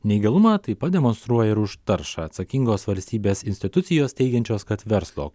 neįgalumą taip pat demonstruoja ir už taršą atsakingos valstybės institucijos teigiančios kad verslo